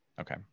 okay